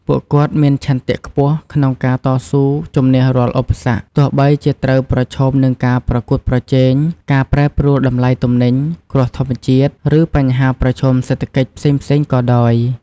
ពួកគាត់មានឆន្ទៈខ្ពស់ក្នុងការ តស៊ូជំនះរាល់ឧបសគ្គ ទោះបីជាត្រូវប្រឈមនឹងការប្រកួតប្រជែង ការប្រែប្រួលតម្លៃទំនិញ គ្រោះធម្មជាតិ ឬបញ្ហាប្រឈមសេដ្ឋកិច្ចផ្សេងៗក៏ដោយ។